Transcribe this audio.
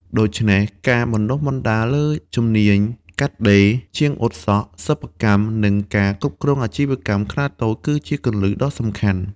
ដូច្នេះ ការបណ្តុះបណ្តាលលើជំនាញកាត់ដេរ ជាងអ៊ុតសក់ សិប្បកម្ម និងការគ្រប់គ្រងអាជីវកម្មខ្នាតតូច គឺជាគន្លឹះដ៏សំខាន់។